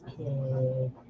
Okay